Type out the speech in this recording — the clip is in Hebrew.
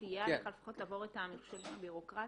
שסייע לך לפחות לעבור את המכשולים הבירוקראטיים?